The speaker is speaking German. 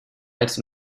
als